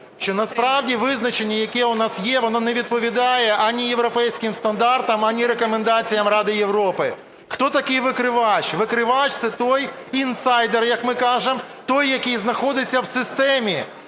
що насправді визначення, яке у нас є, воно не відповідає ані європейським стандартам, ані рекомендаціям Ради Європи. Хто такий викривач? Викривач – це той інсайдер, як ми кажемо, той, який знаходиться в системі,